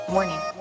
Morning